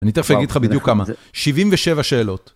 אני תכף אגיד לך בדיוק כמה, 77 שאלות.